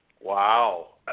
Wow